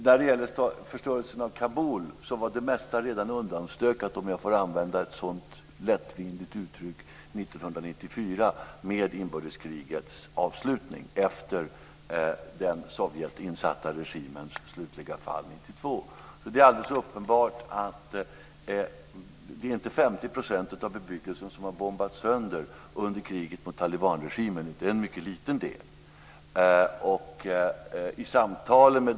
När det gäller förstörelsen av Kabul var det mesta redan undanstökat 1994, om jag får använda ett sådant lättvindigt uttryck, i och med inbördeskrigets avslutning, efter den Sovjetinsatta regimens slutliga fall 1992. Det är alldeles uppenbart att det inte är 50 % av bebyggelsen som har bombats sönder under kriget mot talibanregimen, utan det är en mycket liten del.